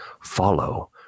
follow